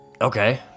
Okay